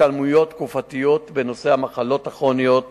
השתלמויות תקופתיות בנושא המחלות הכרוניות